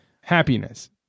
happiness